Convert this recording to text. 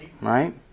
right